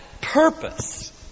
purpose